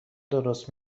درست